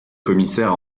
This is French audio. commissaire